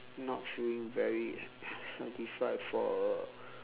not feeling very satisfied for a